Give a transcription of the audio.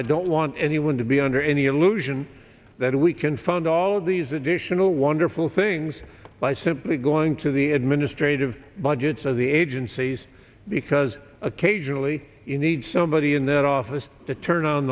i don't want anyone to be under any illusion that we can fund all these additional wonderful things by simply going to the administrative budgets of the agencies because occasionally you need somebody in that office to turn on